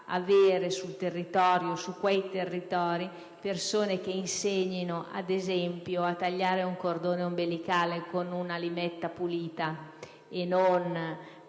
avere in quei territori persone che insegnino, ad esempio, a tagliare un cordone ombelicale con un limetta pulita e non